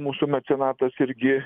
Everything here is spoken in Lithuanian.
mūsų mecenatas irgi